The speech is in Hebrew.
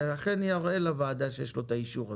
שאכן יראה לוועדה שיש לו את האישור הזה,